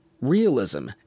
Realism